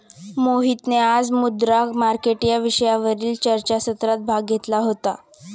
मोहितने आज मुद्रा मार्केट या विषयावरील चर्चासत्रात भाग घेतला होता